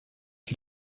die